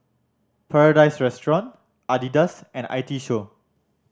Paradise Restaurant Adidas and I T Show